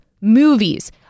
movies